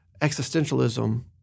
existentialism